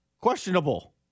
Questionable